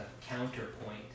counterpoint